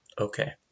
Okay